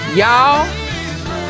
Y'all